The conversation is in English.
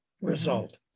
result